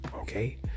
okay